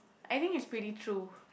I think it's pretty true